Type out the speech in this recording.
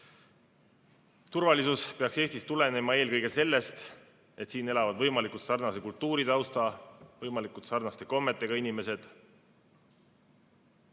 Turvalisus peaks Eestis tulenema eelkõige sellest, et siin elavad võimalikult sarnase kultuuritaustaga ja võimalikult sarnaste kommetega inimesed.